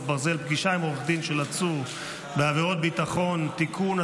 ברזל) (פגישה עם עורך דין של עצור בעבירת ביטחון) (תיקון),